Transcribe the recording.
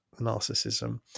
narcissism